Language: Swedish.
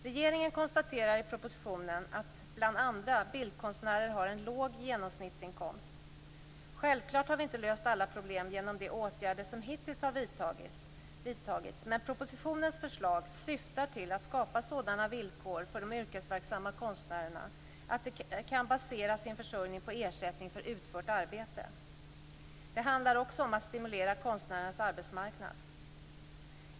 Regeringen konstaterar i propositionen att bl.a. bildkonstnärer har en låg genomsnittsinkomst. Självfallet har vi inte löst alla problem genom de åtgärder som hittills har vidtagits, men propositionens förslag syftar till att skapa sådana villkor för de yrkesverksamma konstnärerna att de kan basera sin försörjning på ersättning för utfört arbete. Det handlar också om att stimulera konstnärernas arbetsmarknad.